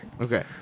Okay